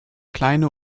kleine